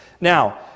Now